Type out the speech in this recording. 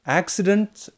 accidents